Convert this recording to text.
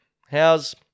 how's